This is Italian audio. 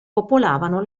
popolavano